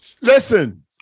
Listen